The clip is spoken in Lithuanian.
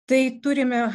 tai turime